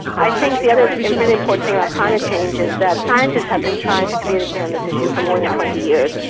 i think the other really important thing about climate change is that scientists have been trying to communicate on this issue for more than twenty years,